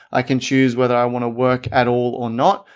i can choose whether i want to work at all or not.